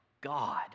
God